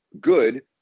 good